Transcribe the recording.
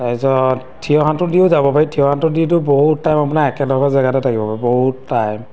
তাৰপিছত থিয় সাঁতোৰ দিও যাব পাৰি থিয় সাঁতোৰ দি তো বহুত টাইম আপোনাৰ একেডোখৰ জেগাতে থাকিব পাৰি বহুত টাইম